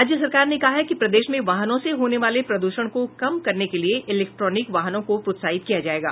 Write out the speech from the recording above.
राज्य सरकार ने कहा है कि प्रदेश में वाहनों से होने वाले प्रदूषण को कम करने के लिये इलेक्ट्रीक वाहनों को प्रोत्साहित किया जायेगा